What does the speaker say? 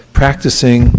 practicing